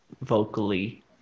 vocally